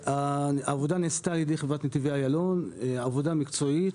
העבודה נעשתה על ידי חברת נתיבי איילון; עבודה מקצועית.